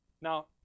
Now